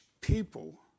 people